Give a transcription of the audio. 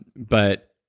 but,